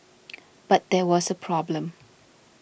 but there was a problem